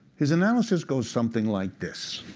his analysis goes something like this.